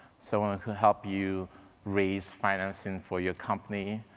so and could help you raise financing for your company,